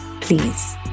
please